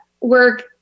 work